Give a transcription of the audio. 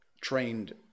trained